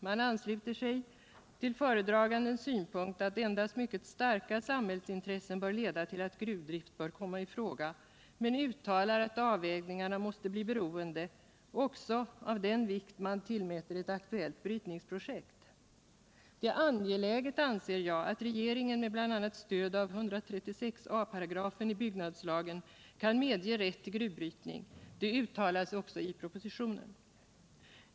Man ansluter sig till föredragandens synpunkt att endast mycket starka samhällsintressen bör leda till att gruvdrift kan komma i fråga men uttalar att avvägningarna måste bli beroende också av den vikt man tillmäter ett aktuellt brytningsprojekt. Det är angeläget, anser jag, att regeringen med bl.a. stöd av 136 a § byggnadslagen kan medge rätt till gruvbrytning. Det uttalas också i propositionen.